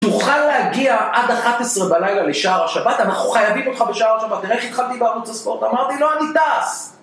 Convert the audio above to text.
שתוכל להגיע עד 11 בלילה לשער השבת, אנחנו חייבים אותך בשער השבת. דרך התחלתי בערוץ הספורט, אמרתי לו אני טס.